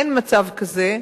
אין מצב כזה.